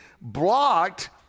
blocked